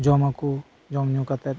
ᱡᱚᱢᱟᱠᱩ ᱡᱚᱢ ᱧᱩ ᱠᱟᱛᱮᱫ